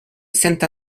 saint